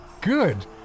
good